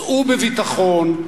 צאו בביטחון,